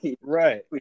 Right